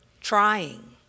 trying